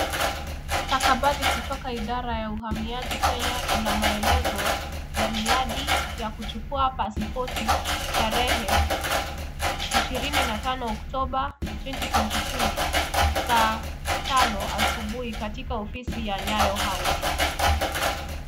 Stakabadhi kutoka idhara ya uhamiaji Kenya ina maelezo ya miadi ya kuchukua paspoti tarehe 25 Oktoba 2022 saa tano asubuhi katika ofisi ya Nyayo House.